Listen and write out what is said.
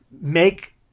make